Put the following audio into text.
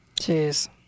Jeez